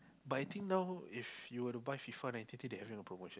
but I think now if you were to buy FIFA Nineteen they having a promotion